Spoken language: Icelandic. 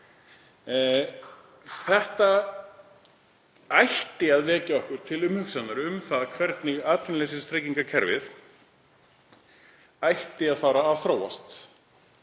Þetta ætti að vekja okkur til umhugsunar um það hvernig atvinnuleysistryggingakerfið ætti að fara að þróast.